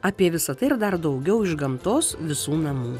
apie visa tai ir dar daugiau iš gamtos visų namų